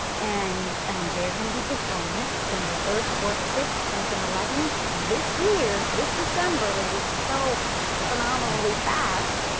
and they are going to be performing it december third, fourth, fifth, tenth and eleventh this year, this december, which is so phenomenally fast,